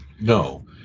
No